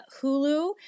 hulu